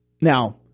Now